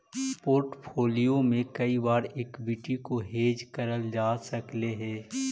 portfolio में कई बार एक्विटी को हेज करल जा सकलई हे